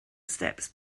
steps